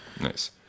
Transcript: Nice